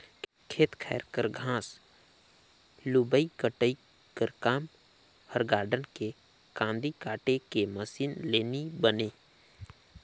खेत खाएर कर घांस लुबई कटई कर काम हर गारडन के कांदी काटे के मसीन ले नी बने